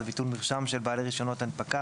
זה ביטול מרשם של בעלי רישיונות הנפקה